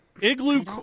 igloo